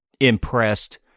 impressed